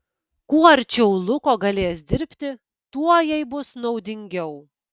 kuo arčiau luko galės dirbti tuo jai bus naudingiau